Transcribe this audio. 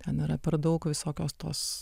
ten yra per daug visokios tos